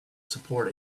support